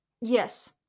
Yes